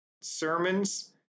sermons